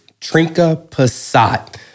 Trinka-Passat